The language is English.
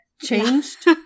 changed